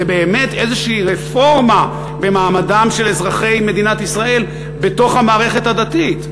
זה באמת איזושהי רפורמה במעמדם של אזרחי מדינת ישראל בתוך המערכת הדתית.